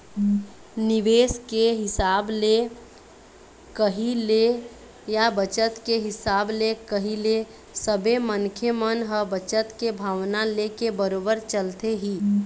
निवेश के हिसाब ले कही ले या बचत के हिसाब ले कही ले सबे मनखे मन ह बचत के भावना लेके बरोबर चलथे ही